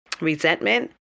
resentment